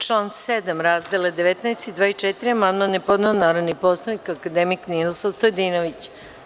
Na član 7. razdele 19 i 24 amandman je podneo narodni poslanik akademik Ninoslav Stojadinović.